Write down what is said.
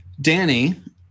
Danny